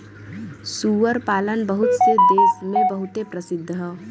सूअर पालन बहुत से देस मे बहुते प्रसिद्ध हौ